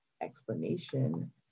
explanation